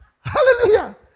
Hallelujah